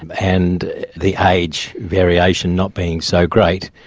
and and the age variation not being so great,